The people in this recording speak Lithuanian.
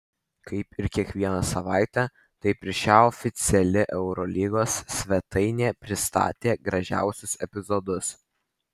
kaip ir kiekvieną savaitę taip ir šią oficiali eurolygos svetainė pristatė gražiausius epizodus